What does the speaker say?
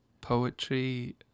poetry